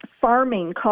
farming